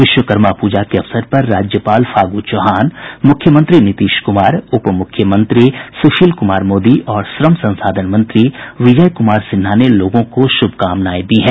विश्वकर्मा पूजा के अवसर पर राज्यपाल फागू चौहान मुख्यमंत्री नीतीश कुमार उपमुख्यमंत्री सुशील कुमार मोदी और श्रम संसाधन मंत्री विजय कुमार सिन्हा ने लोगों को शुभकामनाएं दी हैं